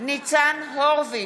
ניצן הורוביץ,